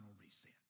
reset